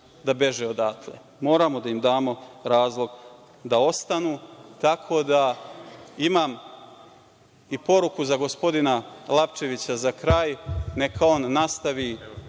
da beže odatle. Moramo da im damo razlog da ostanu. Tako da, imam i poruku za gospodina Lapčevića za kraj, neka on nastavi